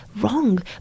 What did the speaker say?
wrong